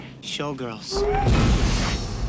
Showgirls